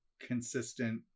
consistent